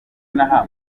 inaha